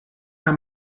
herr